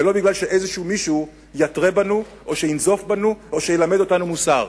ולא בגלל שאיזה מישהו יתרה בנו או ינזוף בנו או ילמד אותנו מוסר.